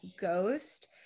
ghost